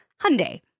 Hyundai